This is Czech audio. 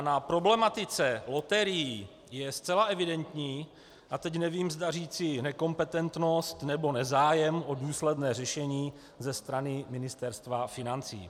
Na problematice loterií je zcela evidentní a teď nevím, zda říci nekompetentnost, nebo nezájem o důsledné řešení ze strany Ministerstva financí.